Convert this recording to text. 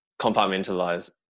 compartmentalize